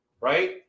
Right